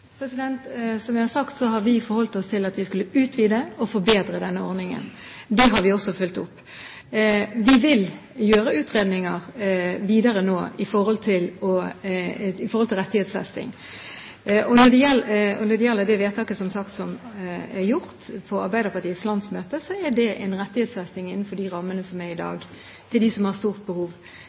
Som jeg har sagt, har vi forholdt oss til at vi skulle utvide og forbedre denne ordningen. Det har vi også fulgt opp. Vi vil gjøre utredninger videre nå i forhold til rettighetsfesting. Når det gjelder det vedtaket som, som sagt, er gjort på Arbeiderpartiets landsmøte, er det en rettighetsfesting innenfor de rammene som er i dag, for dem som har stort behov.